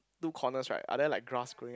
two corners right are there like grass growing